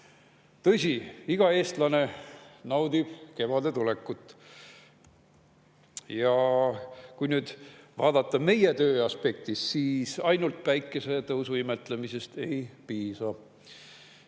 Tõsi, iga eestlane naudib kevade tulekut. Kui nüüd vaadata meie töö aspektist, siis ainult päikesetõusu imetlemisest ei piisa.